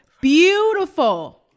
Beautiful